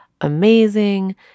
amazing